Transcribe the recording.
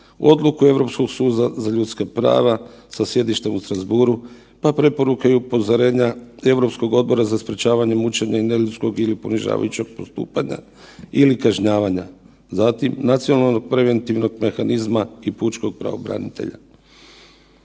odluku Europskog suda za ljudska prava sa sjedištem u Strasbourgu, pa preporuke i upozorenja Europskog Odbora za sprečavanje mučenja i neljudskog ili ponižavajućeg postupanja ili kažnjavanja. Zatim nacionalnog preventivnog mehanizma i pučkog pravobranitelja.